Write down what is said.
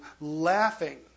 laughing